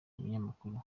umunyamakuru